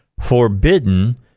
forbidden